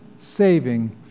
saving